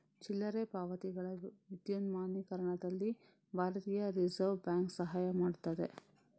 ಚಿಲ್ಲರೆ ಪಾವತಿಗಳ ವಿದ್ಯುನ್ಮಾನೀಕರಣದಲ್ಲಿ ಭಾರತೀಯ ರಿಸರ್ವ್ ಬ್ಯಾಂಕ್ ಸಹಾಯ ಮಾಡುತ್ತದೆ